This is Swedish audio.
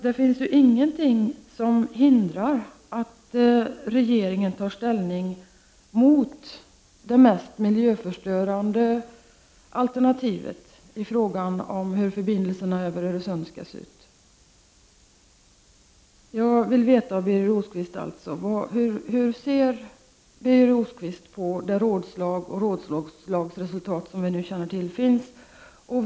Det finns ju ingenting som hindrar att regeringen tar ställning mot det mest miljöförstörande alternativet i fråga om hur förbindelserna över Öresund skall se ut. Jag vill alltså veta: Hur ser Birger Rosqvist på rådslaget och det resultat av detta rådslag som vi känner till finns?